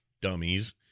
Dummies